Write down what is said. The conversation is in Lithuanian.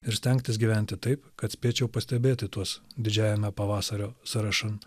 ir stengtis gyventi taip kad spėčiau pastebėti tuos didžiajame pavasario sąrašan